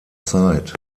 zeit